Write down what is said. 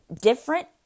Different